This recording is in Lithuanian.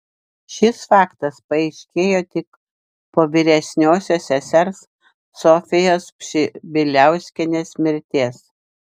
šis faktas paaiškėjo tik po vyresniosios sesers sofijos pšibiliauskienės mirties